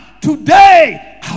today